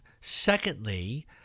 Secondly